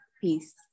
Peace